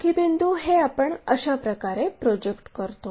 बाकी बिंदू हे आपण अशाप्रकारे प्रोजेक्ट करतो